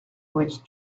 which